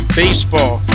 baseball